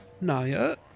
Naya